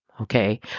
Okay